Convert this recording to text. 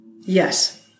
Yes